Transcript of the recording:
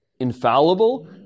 infallible